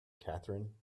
catherine